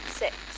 six